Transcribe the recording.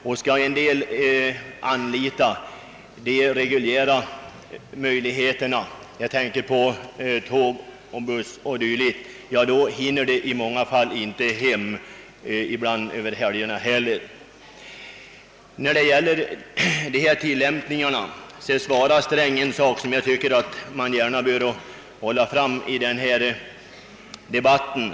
Om folk skall anlita de reguljära möjligheterna — jag tänker på tåg och buss — hinner de i många fall inte hem ens under helgerna. Vad beträffar den ojämna tillämpningen sade herr Sträng en sak som jag tycker att man gärna bör framhålla i denna debatt.